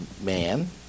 Man